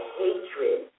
hatred